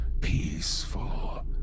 peaceful